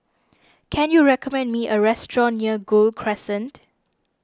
can you recommend me a restaurant near Gul Crescent